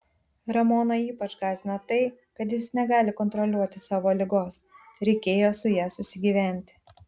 ramoną ypač gąsdino tai kad jis negali kontroliuoti savo ligos reikėjo su ja susigyventi